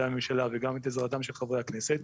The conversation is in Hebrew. הממשלה וגם את עזרתם של חברי הכנסת,